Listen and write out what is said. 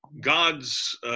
God's